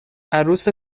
عروس